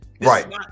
Right